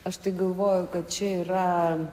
aš tai galvojau kad čia yra